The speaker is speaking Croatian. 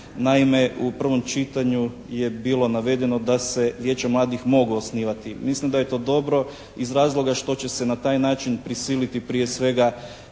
Naime, u prvom čitanju je bilo navedeno da se Vijeća mladih mogu osnivati. Mislim da je to dobro iz razloga što će se na taj način prisiliti prije svega